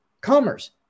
commerce